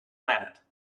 planet